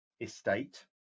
estate